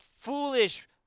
foolish